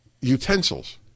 utensils